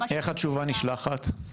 איך התשובה נשלחת?